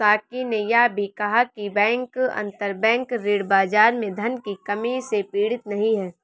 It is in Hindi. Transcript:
साकी ने यह भी कहा कि बैंक अंतरबैंक ऋण बाजार में धन की कमी से पीड़ित नहीं हैं